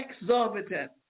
exorbitant